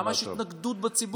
אז למה יש התנגדות בציבור?